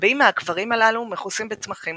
רבים מהקברים הללו מכוסים בצמחים